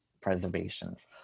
preservations